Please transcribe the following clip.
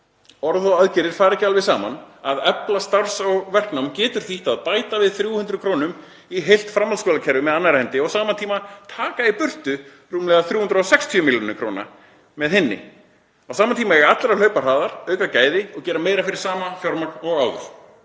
orð og aðgerðir fara ekki alveg saman. Að efla starfs- og verknám getur þýtt að bæta við 300 millj. kr. í heilt framhaldsskólakerfi með annarri hendi og á sama tíma taka í burtu rúmlega 360 millj. kr. með hinni. Á sama tíma eiga allir að hlaupa hraðar, auka gæði og gera meira fyrir sama fjármagn og áður.